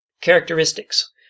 Characteristics